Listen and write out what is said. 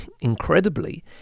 incredibly